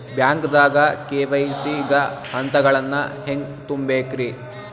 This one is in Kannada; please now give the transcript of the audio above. ಬ್ಯಾಂಕ್ದಾಗ ಕೆ.ವೈ.ಸಿ ಗ ಹಂತಗಳನ್ನ ಹೆಂಗ್ ತುಂಬೇಕ್ರಿ?